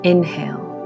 Inhale